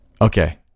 Okay